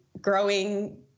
growing